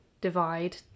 divide